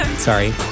Sorry